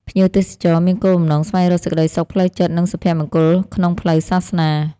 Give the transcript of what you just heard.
ភ្ញៀវទេសចរ មានគោលបំណងស្វែងរកសេចក្តីសុខផ្លូវចិត្ត និងសុភមង្គលក្នុងផ្លូវសាសនា។